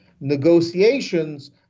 Negotiations